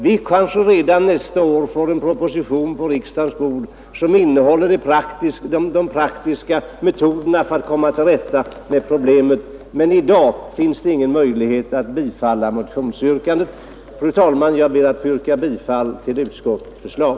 Vi kanske redan nästa år på riksdagens bord får en proposition som innehåller de praktiska metoderna för att komma till rätta med problemet. Men i dag finns det ingen möjlighet att bifalla motionsyrkandet. Fru talman! Jag ber att få yrka bifall till utskottets förslag.